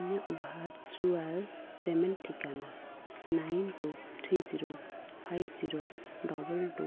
ᱤᱧᱟᱹᱜ virtual payment ᱴᱷᱤᱠᱟᱹᱱᱟ nine two three zero five zero double two